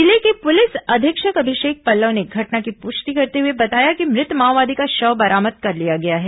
जिले के पुलिस अधीक्षक अभिषेक पल्लव ने घटना की पुष्टि करते हए बताया कि मृत माओवादी का शव बरामद कर लिया गया है